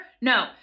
No